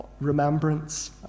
remembrance